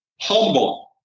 humble